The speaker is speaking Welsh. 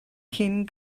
cyn